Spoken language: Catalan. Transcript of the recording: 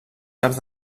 caps